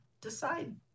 decide